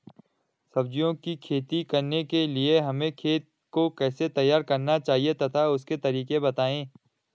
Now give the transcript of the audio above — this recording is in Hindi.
सब्जियों की खेती करने के लिए हमें खेत को कैसे तैयार करना चाहिए तथा उसके तरीके बताएं?